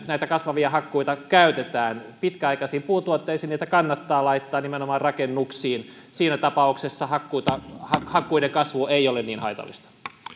näitä kasvavia hakkuita käytämme pitkäaikaisiin puutuotteisiin niitä kannattaa laittaa nimenomaan rakennuksiin siinä tapauksessa hakkuiden kasvu ei ole niin haitallista